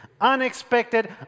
unexpected